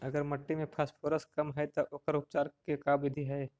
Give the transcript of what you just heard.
अगर मट्टी में फास्फोरस कम है त ओकर उपचार के का बिधि है?